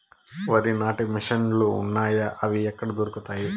వరి నాటే మిషన్ ను లు వున్నాయా? అవి ఎక్కడ దొరుకుతాయి?